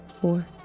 four